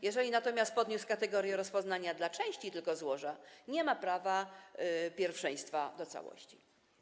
Jeżeli natomiast podniósł kategorię rozpoznania dla części tego złoża, nie ma prawa pierwszeństwa do całości.